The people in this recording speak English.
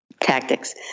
tactics